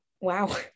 wow